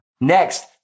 Next